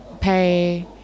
pay